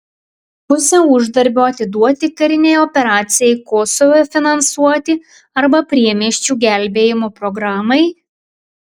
pusę uždarbio atiduoti karinei operacijai kosove finansuoti arba priemiesčių gelbėjimo programai